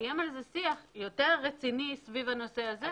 ונקיים על זה שיח יותר רציני סביב הנושא הזה.